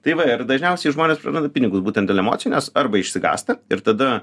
tai va ir dažniausiai žmonės praranda pinigus būtent dėl emocijų nes arba išsigąsta ir tada